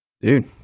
Dude